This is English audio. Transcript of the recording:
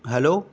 hello